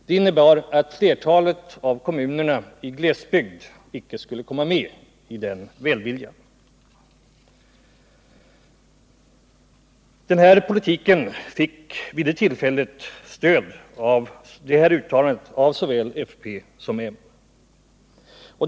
Det innebar att flertalet av kommunerna i glesbygden icke skulle komma med i den välviljan. Det här uttalandet fick vid det tillfället stöd av såväl folkpartiet som moderaterna.